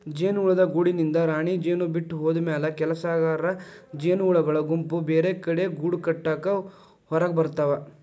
ಜೇನುಹುಳದ ಗೂಡಿನಿಂದ ರಾಣಿಜೇನು ಬಿಟ್ಟ ಹೋದಮ್ಯಾಲೆ ಕೆಲಸಗಾರ ಜೇನಹುಳಗಳ ಗುಂಪು ಬೇರೆಕಡೆ ಗೂಡಕಟ್ಟಾಕ ಹೊರಗಬರ್ತಾವ